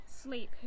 Sleep